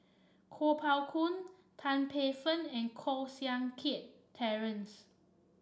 Kuo Pao Kun Tan Paey Fern and Koh Seng Kiat Terence